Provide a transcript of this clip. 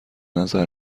نظر